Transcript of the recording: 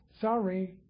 Sorry